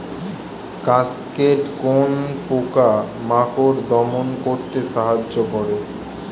Cascade কোন পোকা মাকড় দমন করতে সাহায্য করে?